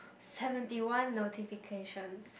seventy one notifications